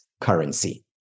currency